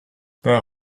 their